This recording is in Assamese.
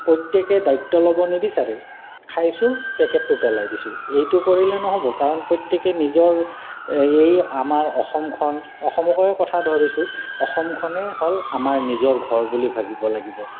প্ৰত্যেকে দায়িত্ব ল'ব নিবিচাৰে খাইছোঁ পেকেটটো পেলাই দিছোঁ এইটো কৰিলে নহ'ব কাৰণ প্ৰত্যেকেই নিজৰ এই আমাৰ অসমখন অসমকৰে কথা ধৰিছোঁ অসমখনে হ'ল আমাৰ নিজৰ ঘৰ বুলি ভাবিব লাগিব